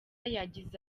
yagize